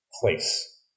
place